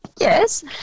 Yes